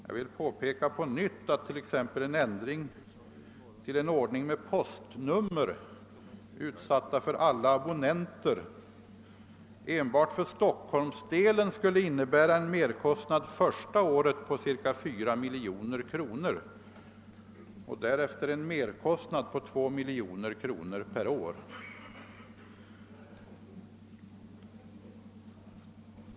Jag vill på nytt påpeka att t.ex. en ändring på så sätt att postnummer sätts ut för alla abonnenter enbart för Stockholmsdelen skulle innebära en merkostnad första året på ca 4 miljoner kronor och därefter en merkostnad på 2 miljoner kronor per år.